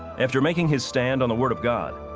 after making his stand on the word of god,